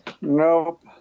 nope